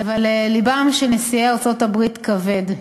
אבל לבם של נשיאי ארצות-הברית כבד.